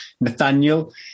nathaniel